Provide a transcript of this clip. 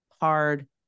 hard